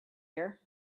year